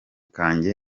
kanjye